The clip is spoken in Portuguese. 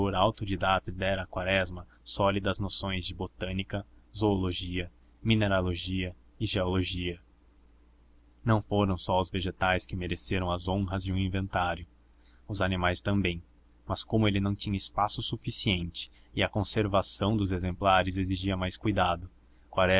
autodidata dera a quaresma sólidas noções de botânica zoologia mineralogia e geologia não foram só os vegetais que mereceram as honras de um inventário os animais também mas como ele não tinha espaço suficiente e a conservação dos exemplares exigia mais cuidado